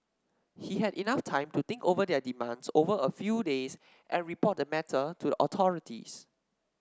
he had enough time to think over their demands over a few days and report the matter to the authorities